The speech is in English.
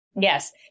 Yes